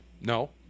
No